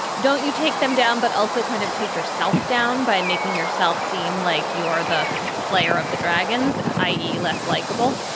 don't you take them down. but also kind of take yourself down by making yourself seem like you are the slayer of the dragons, i e. less likeable